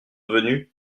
venu